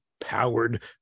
powered